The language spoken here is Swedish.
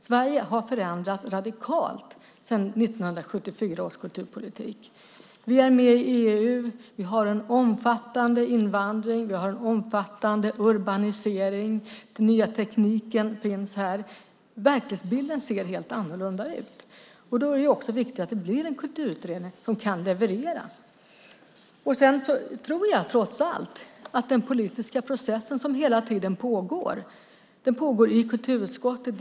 Sverige har förändrats radikalt sedan 1974 års kulturpolitik. Vi är med i EU. Vi har en omfattande invandring. Vi har en omfattande urbanisering. Den nya tekniken finns här. Verklighetsbilden ser helt annorlunda ut. Då är det viktigt att det blir en kulturutredning som kan leverera. Det pågår hela tiden en politisk process. Den pågår i kulturutskottet.